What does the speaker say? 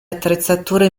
attrezzature